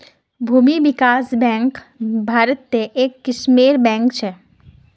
भूमि विकास बैंक भारत्त एक किस्मेर बैंक छेक